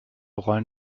rollen